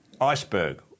iceberg